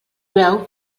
veu